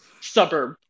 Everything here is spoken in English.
suburb